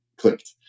clicked